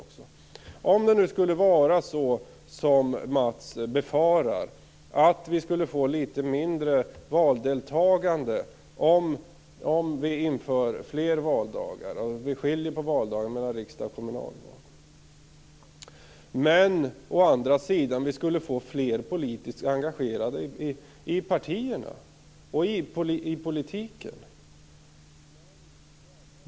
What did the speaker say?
Mats Berglind befarar att vi skulle få litet mindre valdeltagande om vi skiljer på valdagarna för riksdags och kommunalval. Å andra sidan skulle vi få fler politiskt engagerade i partierna och i politiken.